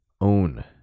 own